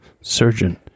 surgeon